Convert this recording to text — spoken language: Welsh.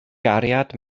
gariad